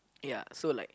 ya so like